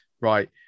Right